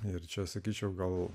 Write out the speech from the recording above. ir čia sakyčiau gal